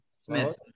Smith